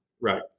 Right